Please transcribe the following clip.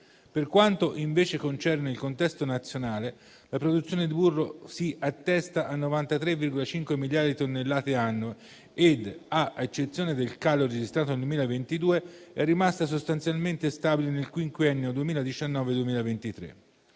Per quanto invece concerne il contesto nazionale, la produzione di burro si attesta a 93,5 miliardi di tonnellate annue e - a eccezione del calo registrato nel 2022 - è rimasta sostanzialmente stabile nel quinquennio 2019-2023.